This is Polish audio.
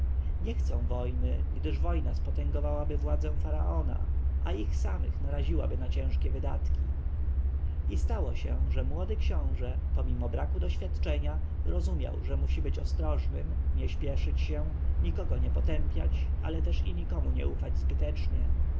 nie chcą wojny gdyż wojna spotęgowałaby władzę faraona a ich samych naraziłaby na ciężkie wydatki i stało się że młody książę pomimo braku doświadczenia rozumiał że musi być ostrożnym nie spieszyć się nikogo nie potępiać ale też i nikomu nie ufać zbytecznie